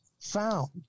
found